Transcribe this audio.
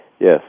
Yes